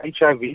HIV